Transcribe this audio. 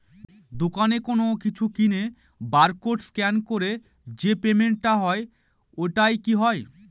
দোকানে কোনো কিছু কিনে বার কোড স্ক্যান করে যে পেমেন্ট টা হয় ওইটাও কি হয়?